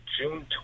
June